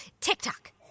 TikTok